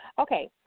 Okay